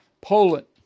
Poland